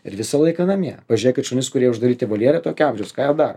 ir visą laiką namie pažiūrėkit šunis kurie uždaryti voljere tokio amžiaus ką jie daro